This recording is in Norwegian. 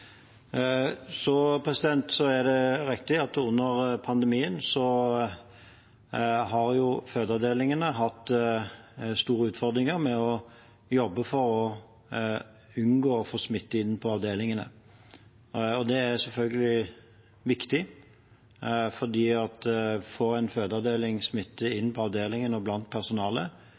Det er riktig at under pandemien har fødeavdelingene hatt store utfordringer med å jobbe for å unngå å få smitte inn på avdelingene. Det er selvfølgelig viktig, for får en fødeavdeling smitte inn på avdelingen og blant personalet,